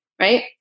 right